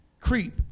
creep